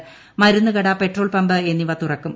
്മരുന്ന്കട petrol pump എന്നിവ തുറക്കും